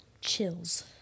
chills